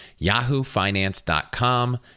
yahoofinance.com